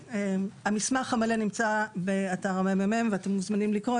המסמך המלא נמצא באתר ה-ממ״מ, אתם מוזמנים לקרוא.